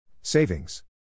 Savings